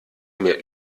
mehr